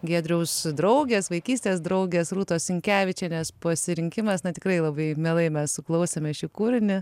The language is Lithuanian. giedriaus draugės vaikystės draugės rūtos sinkevičienės pasirinkimas tikrai labai mielai mes klausėmės šį kūrinį